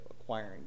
acquiring